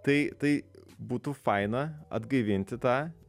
tai tai būtų faina atgaivinti tą